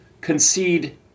concede